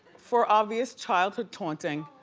for obvious childhood taunting.